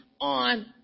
on